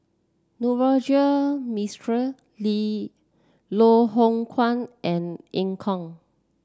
Navroji Mistri Lee Loh Hoong Kwan and Eu Kong